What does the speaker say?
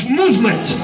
movement